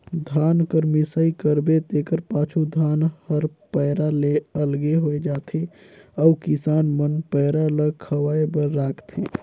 धान कर मिसाई करबे तेकर पाछू धान हर पैरा ले अलगे होए जाथे अउ किसान मन पैरा ल खवाए बर राखथें